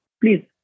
please